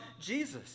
Jesus